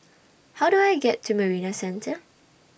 How Do I get to Marina Centre